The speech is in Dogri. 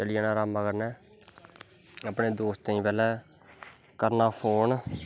चलीजाना अराम कन्नै अपनें दोस्तें गी पैह्लैं करनां फोन